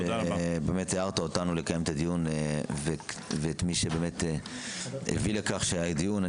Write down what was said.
שבאמת הערת אותנו לקיים את הדיון ומי שהביא לכך שיהיה דיון.